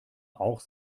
auch